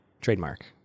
trademark